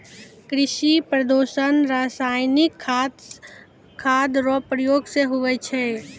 कृषि प्रदूषण रसायनिक खाद रो प्रयोग से हुवै छै